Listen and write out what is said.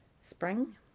spring